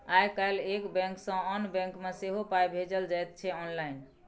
आय काल्हि एक बैंक सँ आन बैंक मे सेहो पाय भेजल जाइत छै आँनलाइन